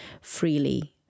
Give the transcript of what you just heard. freely